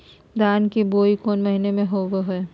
धान की बोई कौन महीना में होबो हाय?